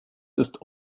ist